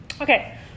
Okay